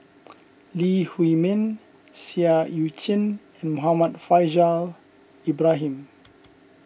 Lee Huei Min Seah Eu Chin and Muhammad Faishal Ibrahim